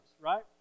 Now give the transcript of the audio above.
right